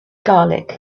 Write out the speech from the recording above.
garlic